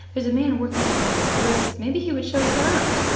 there's a man working among those roses. maybe he would show us round.